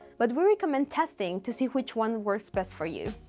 but we recommend testing to see which one works best for you.